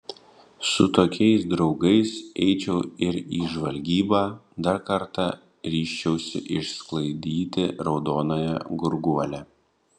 su tokiais draugais eičiau ir į žvalgybą dar kartą ryžčiausi išsklaidyti raudonąją gurguolę